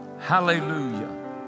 Hallelujah